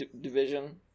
division